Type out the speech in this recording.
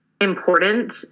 important